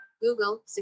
Google